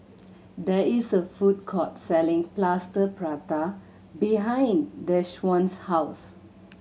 there is a food court selling Plaster Prata behind Deshawn's house